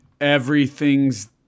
everything's